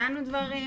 הצענו דברים,